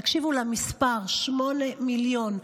תקשיבו למספר: 8 מיליון.